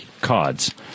cards